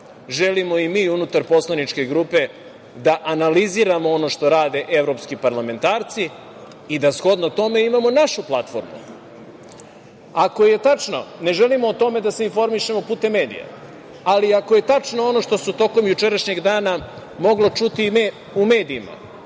želimo i mi unutar poslaničke grupe da analiziramo ono što rade evropski parlamentarci i da shodno tome imamo našu platformu. Ako je tačno, ne želimo o tome da se informišemo putem medija. Ali, ako je tačno ono što se tokom jučerašnjeg dana moglo čuti u medijima,